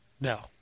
No